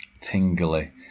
Tingly